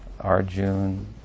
Arjun